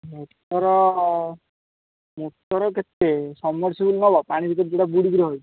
motor motor କେତେ ସମର୍ ନେବ ପାଣି ଭିତରେ ଯେଉଁଟା ବୁଡ଼ି କି ରହେ